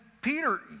Peter